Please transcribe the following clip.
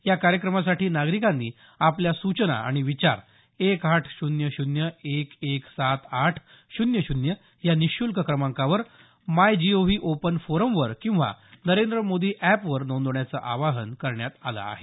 या कार्यक्रमासाठी नागरिकांनी आपल्या सूचना आणि विचार एक आठ शून्य शून्य एक एक सात आठ शून्य शून्य या निशूल्क क्रमांकावर माय जीओव्ही ओपन फोरम वर किंवा नरेंद्र मोदी अॅप वर नोंदवण्याचं आवाहन करण्यात आलं आहे